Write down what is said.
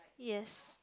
yes